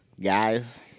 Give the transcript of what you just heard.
guys